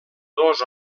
dos